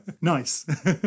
nice